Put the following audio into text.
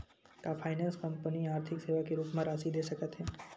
का finance company आर्थिक सेवा के रूप म राशि दे सकत हे?